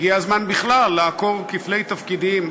הגיע הזמן בכלל לעקור כפלי תפקידים